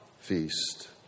feast